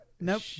Nope